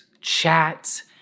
chat